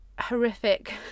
horrific